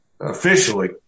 officially